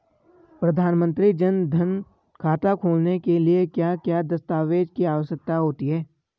प्रधानमंत्री जन धन खाता खोलने के लिए क्या क्या दस्तावेज़ की आवश्यकता होती है?